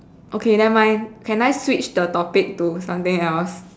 okay never mind can I switch the topic to something else